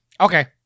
Okay